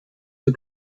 zur